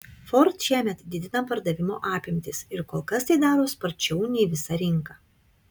ford šiemet didina pardavimo apimtis ir kol kas tai daro sparčiau nei visa rinka